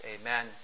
Amen